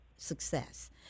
Success